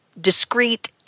discrete